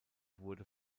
wurde